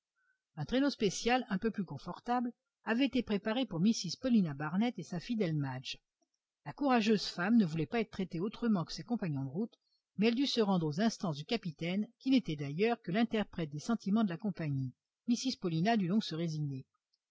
un traîneau spécial un peu plus confortable avait été préparé pour mrs paulina barnett et sa fidèle madge la courageuse femme ne voulait pas être traitée autrement que ses compagnons de route mais elle dut se rendre aux instances du capitaine qui n'était d'ailleurs que l'interprète des sentiments de la compagnie mrs paulina dut donc se résigner